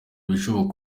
ibishoboka